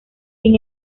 sin